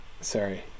sorry